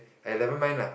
!aiya! never mind lah